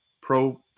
pro